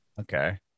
Okay